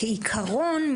כעיקרון,